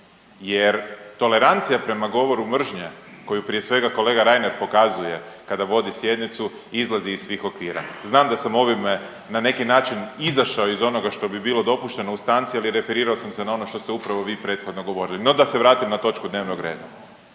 Jer tolerancija prema govoru mržnje koju prije svega kolega Reiner pokazuje kada vodi sjednicu izlazi iz svih okvira. Znam da sam ovime na neki način izašao iz onoga što bi bilo dopušteno u stanci, ali referirao sam se na ono što ste upravo vi prethodno govorili. No, da se vratim na točku dnevnog reda.